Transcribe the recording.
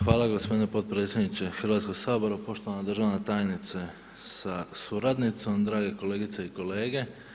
Hvala gospodine potpredsjedniče Hrvatskoga sabora, poštovana državna tajnice sa suradnicom, drage kolegice i kolege.